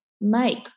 make